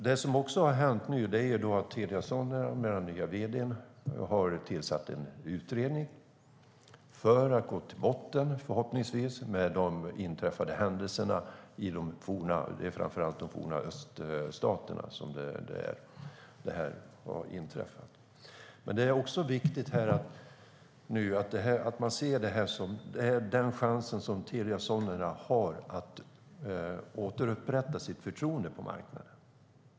Det som också har hänt nu är att Telia Soneras nya vd har tillsatt en utredning för att förhoppningsvis gå till botten med de inträffade händelserna i framför allt de forna öststaterna. Det är också viktigt att man ser det som den chans som Telia Sonera har att återupprätta sitt förtroende på marknaden.